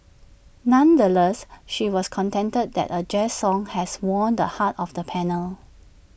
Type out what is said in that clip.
nonetheless she was contented that A jazz song has won the hearts of the panel